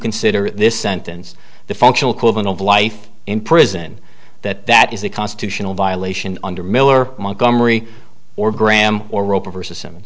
consider this sentence the functional equivalent of life in prison that that is the constitutional violation under miller montgomery or graham or roper vers